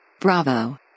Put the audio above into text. Bravo